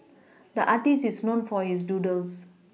the artist is known for his doodles